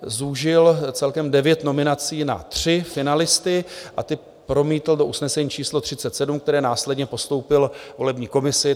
Zúžil celkem devět nominací na tři finalisty a ty promítl do usnesení číslo 37, které následně postoupil volební komisi.